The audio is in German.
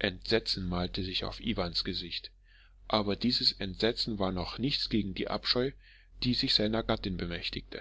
entsetzen malte sich auf iwans gesicht aber dieses entsetzen war noch nichts gegen den abscheu der sich seiner gattin bemächtigte